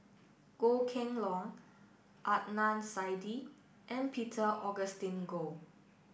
Goh Kheng Long Adnan Saidi and Peter Augustine Goh